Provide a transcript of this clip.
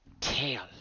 tail